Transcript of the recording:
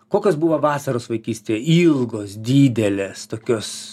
kokios buvo vasaros vaikystėj ilgos didelės tokios